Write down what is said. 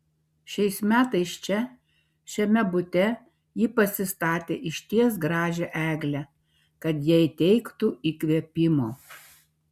šiais metais čia šiame bute ji pasistatė išties gražią eglę kad jai teiktų įkvėpimo